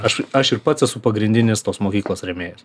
aš aš ir pats esu pagrindinis tos mokyklos rėmėjas